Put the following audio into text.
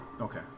Okay